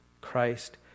Christ